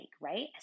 right